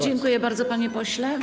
Dziękuję bardzo, panie pośle.